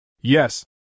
Yes